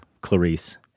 Clarice